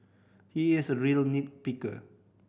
he is a real nit picker